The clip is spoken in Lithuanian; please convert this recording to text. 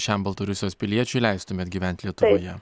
šiam baltarusijos piliečiui leistumėt gyvent lietuvoje